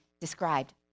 described